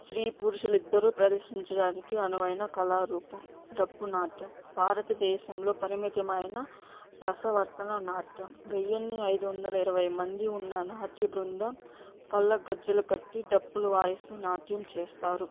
స్త్రీ పురుషులు ఇద్దరు ప్రదర్శించడానికి అనువైన కళారూపం డప్పు నాట్యం భారతదేశంలో పరిమితమైన రసవర్తన నాట్యం వెయ్యిన్ని ఐదువందల ఇరవై మంది ఉన్న నాట్య బృంధం కాళ్ళకు గజ్జెలు కట్టి డప్పులు వాయిస్తూ నాట్యం చేస్తారు